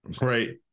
right